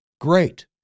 great